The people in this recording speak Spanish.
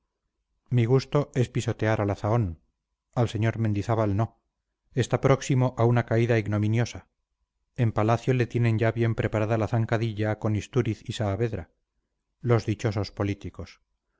mi gusto es pisotear a la zahón al sr mendizábal no está próximo a una caída ignominiosa en palacio le tienen ya bien preparada la zancadilla con istúriz y saavedra los dichosos políticos